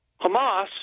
Hamas